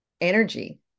energy